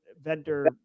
vendor